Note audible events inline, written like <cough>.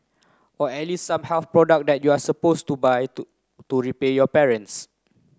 or at least some health product that you're suppose to buy <unintelligible> to repay your parents